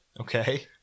Okay